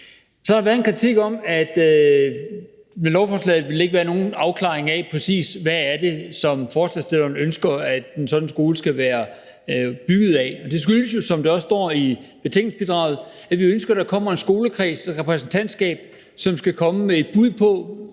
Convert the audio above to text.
Så har der været en kritik af, at der med lovforslaget ikke ville være nogen afklaring af, præcis hvad det er, som forslagsstillerne ønsker en sådan skole skal være bygget af. Det skyldes, som det også står i betænkningsbidraget, at vi ønsker, at der kommer en skolekreds, et repræsentantskab, som skal komme med et bud på,